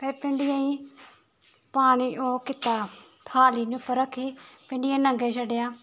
फिर भिंडियैं गी पानी ओह् कीता थाली इ'यां उपर रक्खी भिंडियें गी नंगे छड्डेआ